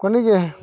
ಕೊನೆಗೆ